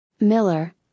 Miller